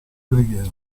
preghiera